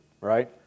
right